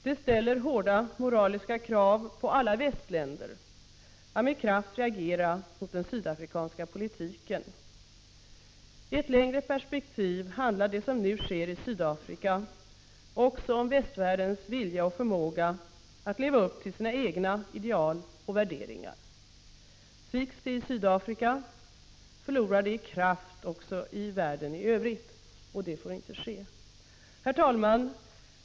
Det ställer hårda moraliska krav på alla västländer att med kraft reagera mot den sydafrikanska politiken. I ett längre perspektiv handlar det som nu sker i Sydafrika också om västvärldens vilja och förmåga att leva upp till sina egna ideal och värderingar. Sviks de i Sydafrika, förlorar de i kraft också i 17 världen i övrigt, och det får inte ske. Herr talman!